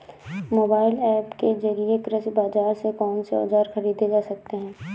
Mobile app के जरिए कृषि बाजार से कौन से औजार ख़रीदे जा सकते हैं?